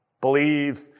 believe